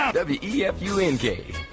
W-E-F-U-N-K